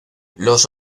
los